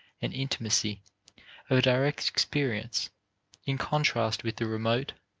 and intimacy of a direct experience in contrast with the remote,